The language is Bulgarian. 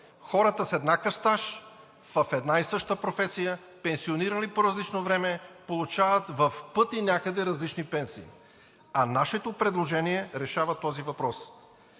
хората с еднакъв стаж, в една и съща професия, пенсионирани по различно време получават някъде в пъти различни пенсии. А нашето предложение решава този въпрос.